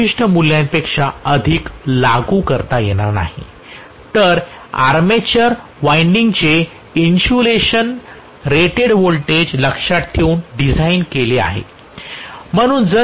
या विशिष्ट मूल्यापेक्षा अधिक लागू करता येणार नाही तर आर्मेचर वायनडींगचे इन्सुलेशन रेटेड व्होल्टेज लक्षात ठेवून डिझाइन केले गेले आहे